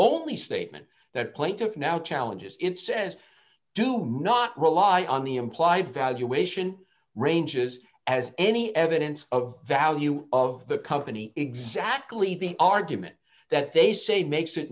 only statement that plaintiff now challenges it says do not rely on the implied valuation ranges as any evidence of value of the company exactly the argument that they say makes it